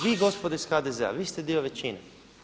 Vi gospodo iz HDZ-a, vi ste dio većine.